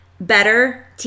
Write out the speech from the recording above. Better